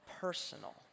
personal